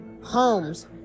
homes